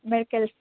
medicals